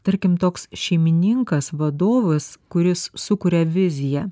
tarkim toks šeimininkas vadovas kuris sukuria viziją